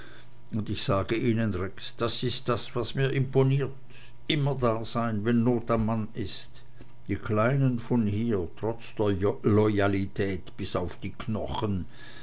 und ich sage ihnen rex das ist das was mir imponiert immer dasein wenn not an mann ist die kleinen von hier trotz der loyalität bis auf die knochen